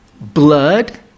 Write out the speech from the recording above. Blood